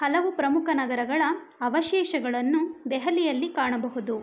ಹಲವು ಪ್ರಮುಖ ನಗರಗಳ ಅವಶೇಷಗಳನ್ನು ದೆಹಲಿಯಲ್ಲಿ ಕಾಣಬಹುದು